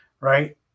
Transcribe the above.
right